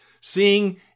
Seeing